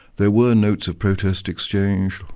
there were notes of protest exchanged,